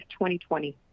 2020